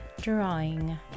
drawing